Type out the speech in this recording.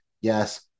Yes